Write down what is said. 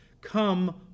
come